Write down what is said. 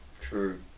True